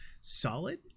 solid